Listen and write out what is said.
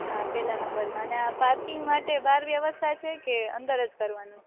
હા પેલા નંબરમાં અને આ પાર્કિંગ માટે બાર વેવસ્થા છેકે અંદરજ કરવાનું